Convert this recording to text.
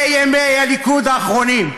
אלה ימי הליכוד האחרונים.